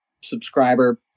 subscriber